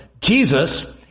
Jesus